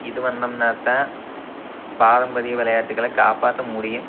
இது பண்ணோம்ன்னாதான் பாரம்பரிய விளையாட்டுகள காப்பாற்ற முடியும்